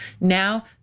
Now